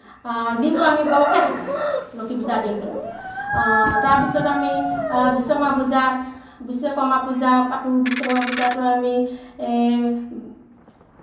দিনটো আমি উপবাসে থাকোঁ লক্ষীপূজাৰ দিনটো তাৰপিছত আমি বিশ্বকৰ্মা পূজা বিশ্বকৰ্মা পূজা পাতোঁ বিশ্বকৰ্মা পূজাতো আমি এই